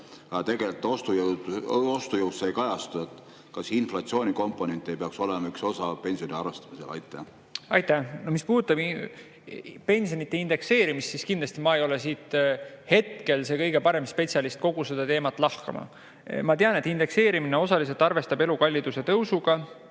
tegelikult ei kajastatu. Kas inflatsiooni komponent ei peaks olema üks osa pensioni arvestamisel? Mis puudutab pensionide indekseerimist, siis kindlasti ma ei ole hetkel kõige parem spetsialist siin kogu seda teemat lahkama. Ma tean, et indekseerimine osaliselt arvestab elukalliduse tõusu.